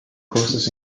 courses